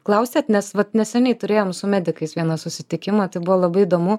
klausėt nes vat neseniai turėjom su medikais vieną susitikimą tai buvo labai įdomu